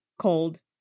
cold